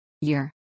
Year